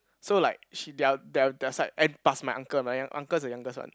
so like she their their their side and plus my uncle my young uncle is the youngest one